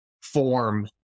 form